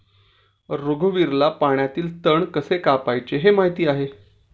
रघुवीरला पाण्यातील तण कसे कापायचे हे माहित आहे